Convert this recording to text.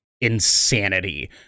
insanity